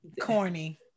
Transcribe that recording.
corny